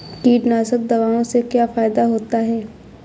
कीटनाशक दवाओं से क्या फायदा होता है?